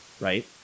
Right